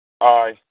Aye